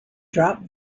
drop